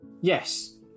Yes